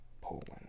Poland